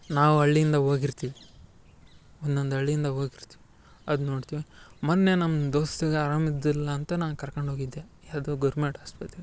ನಾವು ಹಳ್ಳಿಯಿಂದ ಹೋಗಿರ್ತಿವ್ ಒನ್ನೊಂದ್ ಹಳ್ಳಿಯಿಂದ ಹೋಗಿರ್ತಿವ್ ಅದು ನೋಡ್ತಿವೆ ಮನ್ನೆ ನಮ್ಮ ದೋಸ್ತಗ ಅರಮಿದ್ದಿಲ್ಲ ಅಂತ ನಾ ಕರ್ಕೊಂಡು ಹೋಗಿದ್ದೆ ಯಾವ್ದೂ ಗೋರ್ಮೆಂಟ್ ಆಸ್ಪತ್ರೆ